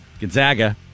Gonzaga